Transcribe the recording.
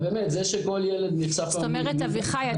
זאת אומרת אביחי,